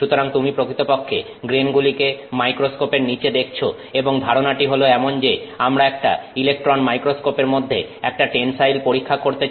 সুতরাং তুমি প্রকৃতপক্ষে গ্রেনগুলিকে মাইক্রোস্কোপের নিচে দেখছো এবং ধারণাটি হলো এমন যে আমরা একটা ইলেকট্রন মাইক্রোস্কোপের মধ্যে একটা টেনসাইল পরীক্ষা করতে চাই